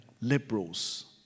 liberals